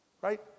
right